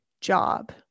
job